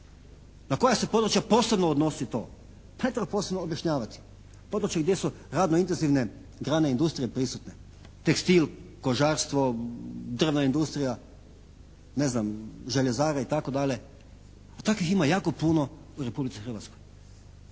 Na koja se područja posebno odnosi to? Ne treba posebno objašnjavati. Područje gdje su radno …/Govornik se ne razumije./… grane industrije prisutne, tekstil, kožarstvo, drvna industrija, ne znam željezarija itd., a takvih ima jako puno u Republici Hrvatskoj.